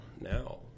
now